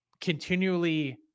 continually